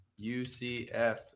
UCF